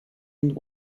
and